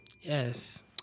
Yes